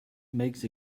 makes